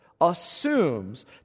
assumes